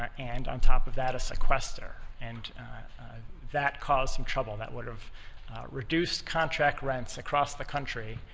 and on top of that, a sequester, and that caused some trouble that would have reduced contract rents across the country.